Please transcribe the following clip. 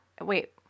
Wait